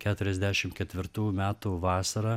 keturiasdešim ketvirtų metų vasarą